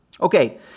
Okay